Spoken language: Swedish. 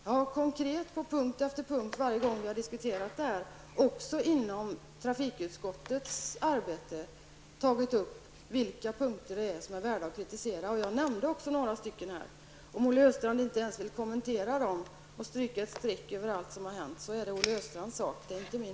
Jag har konkret på punkt efter punkt, varje gång vi diskuterat detta, också inom trafikutskottets arbete, tagit upp vilka punkter som är värda att kritisera. Jag nämnde också några sådana här. Om Olle Östrand inte ens vill kommentera dem och stryka ett streck över allt som hänt är det Olle Östrands sak, inte min.